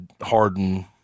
Harden